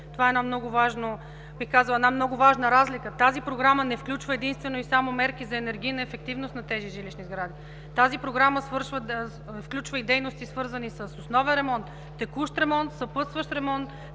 Това е една много важна разлика, бих казала. Тази Програма не включва единствено и само мерки за енергийна ефективност на тези жилищни сгради – тази програма включва и дейности, свързани с основен ремонт, текущ ремонт, съпътстващ ремонт,